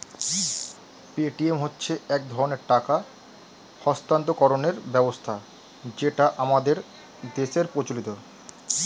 Paytm হচ্ছে এক ধরনের টাকা স্থানান্তরকরণের ব্যবস্থা যেটা আমাদের দেশের প্রচলিত